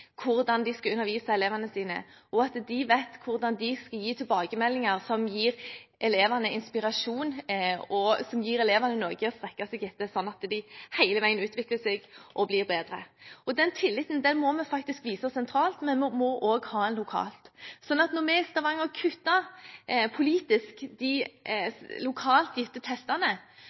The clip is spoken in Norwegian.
hvordan de skal undervise elevene sine, og at de vet hvordan de skal gi tilbakemeldinger som gir elevene inspirasjon og noe å strekke seg etter, sånn at de hele veien utvikler seg og blir bedre. Den tilliten må vi vise sentralt, men vi må også ha den lokalt. Når vi i Stavanger politisk